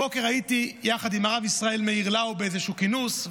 הבוקר הייתי יחד עם הרב ישראל מאיר לאו באיזשהו כינוס,